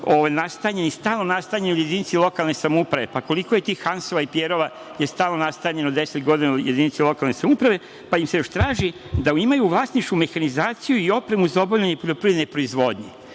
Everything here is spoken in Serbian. nastanjeni, stalno nastanjeni u jedinici lokalne samouprave. Pa, koliko je tih Hansova i Pjerova je stalno nastanjeno 10 godina u jedinici lokalne samouprave, pa im se još traži da imaju u vlasništvu mehanizaciju i opremu za obavljanje poljoprivredne proizvodnje.